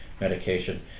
medication